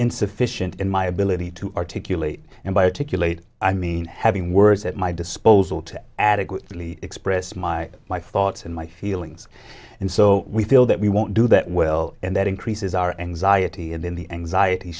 insufficient in my ability to articulate and buy a ticket i mean having words at my disposal to adequately express my my fought and my feelings and so we feel that we won't do that well and that increases our anxiety and in the anxiety